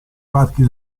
parchi